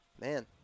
man